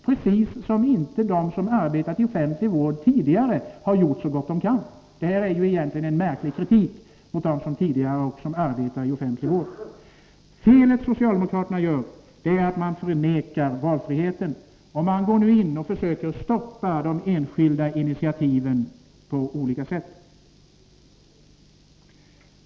Precis som om inte de som arbetar i offentlig vård tidigare har gjort så gott de kan. Det är egentligen fråga om en märklig kritik mot dem som arbetar i offentlig vård. Det fel som socialdemokraterna gör är att de tar avstånd från valfriheten. De försöker nu att på olika sätt stoppa de enskilda iniativen.